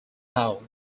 how